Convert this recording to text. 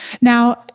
Now